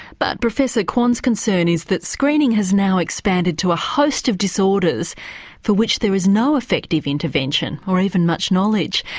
but professor kwon's concern is that screening has now expanded to a host of disorders for which there is no effective intervention or even much knowledge.